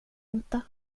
inte